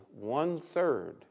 one-third